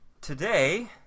Today